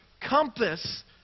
compass